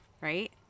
Right